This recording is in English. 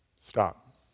Stop